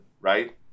right